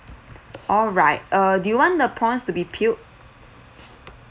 alright err do you want the prawns to be peeled